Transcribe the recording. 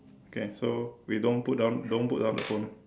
okay so we don't put down don't put down the phone